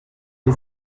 les